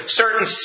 certain